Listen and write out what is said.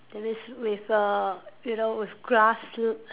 then this with uh you know with grass l~